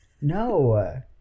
No